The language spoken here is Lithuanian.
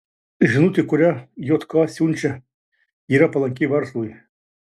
žinutė kurią jk siunčia yra palanki verslui